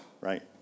right